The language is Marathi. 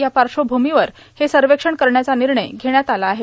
या पार्श्वभूमीवर हे सर्वेक्षण करण्याचा निर्णय घेण्यात आला आहे